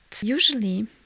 usually